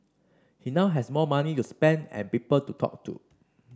he now has more money to spend and people to talk to